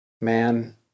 man